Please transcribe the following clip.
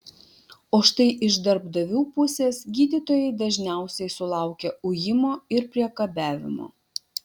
o štai iš darbdavių pusės gydytojai dažniausiai sulaukia ujimo ir priekabiavimo